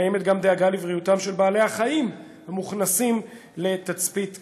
קיימת גם דאגה לבריאותם של בעלי החיים המוכנסים לתצפית כלבת.